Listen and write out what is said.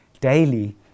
daily